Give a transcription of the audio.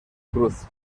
cruz